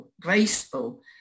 graceful